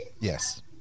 Yes